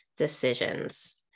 decisions